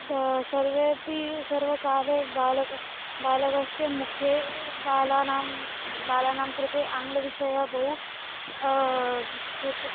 the सर्वेपि सर्वकाले बालक बालकस्य मुखे बालानां बालानां कृते आङ्ग्लविषयः बहु तत्